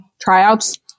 tryouts